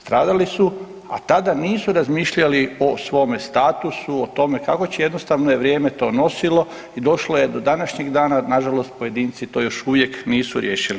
Stradali su, a tada nisu razmišljali o svome statusu, o tome kako će, jednostavno je vrijeme to nosilo i došlo je do današnjeg dana, nažalost pojedinci to još uvijek nisu riješili.